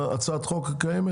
הצעת החוק הקיימת?